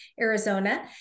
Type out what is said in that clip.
Arizona